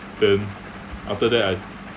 then after that I